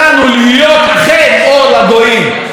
זה דבר איום ונורא.